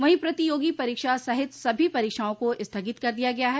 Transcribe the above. वहीं प्रतियोगी परीक्षा सहित सभी परीक्षाओं को स्थगित कर दिया गया है